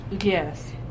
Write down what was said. Yes